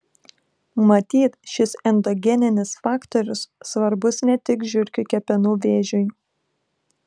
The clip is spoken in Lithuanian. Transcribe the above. matyt šis endogeninis faktorius svarbus ne tik žiurkių kepenų vėžiui